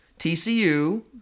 TCU